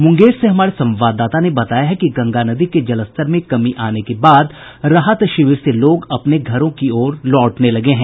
मुंगेर से हमारे संवाददाता ने बताया है कि गंगा नदी के जलस्तर में कमी आने के बाद राहत शिविर से लोग अपने घरों की ओर लौटने लगे हैं